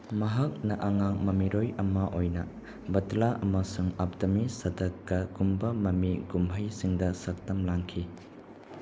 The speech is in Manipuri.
ꯃꯍꯥꯛꯅ ꯑꯉꯥꯡ ꯃꯃꯤꯔꯣꯏ ꯑꯃ ꯑꯣꯏꯅ ꯕꯗꯂꯥ ꯑꯃꯁꯨꯡ ꯑꯗꯃꯤ ꯁꯗꯛꯀ ꯒꯨꯝꯕ ꯃꯃꯤ ꯀꯨꯝꯍꯩ ꯁꯤꯡꯗ ꯁꯛꯇꯝ ꯂꯥꯡꯈꯤ